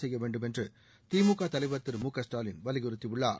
செய்ய வேண்டும் என்று திமுக தலைவர் திரு மு க ஸ்டாலின் வலியுறுத்தியுள்ளார்